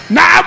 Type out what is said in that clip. Now